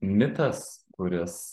mitas kuris